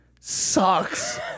sucks